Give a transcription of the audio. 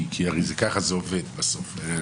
כי הרי ככה זה עובד בסוף.